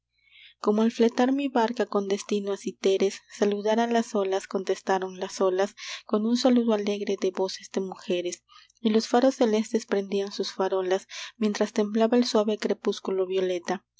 como al fletar mi barca con destino a citeres saludara a las olas contestaron las olas con un saludo alegre de voces de mujeres y los faros celestes prendían sus farolas mientras temblaba el suave crepúsculo violeta